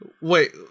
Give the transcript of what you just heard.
Wait